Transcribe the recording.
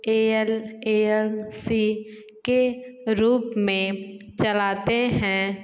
L L C के रूप में चलाते हैं